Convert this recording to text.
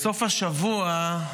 בסוף השבוע,